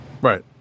Right